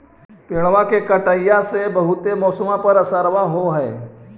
पेड़बा के कटईया से से बहुते मौसमा पर असरबा हो है?